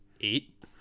eight